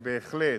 בהחלט,